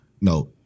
No